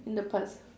in the past